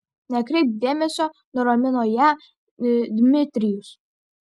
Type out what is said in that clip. nekreipk dėmesio nuramino ją dmitrijus